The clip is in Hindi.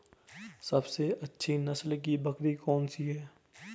सबसे अच्छी नस्ल की बकरी कौन सी है?